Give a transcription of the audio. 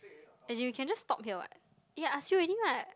as you can just talk here [what] eh ask you already lah